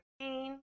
pain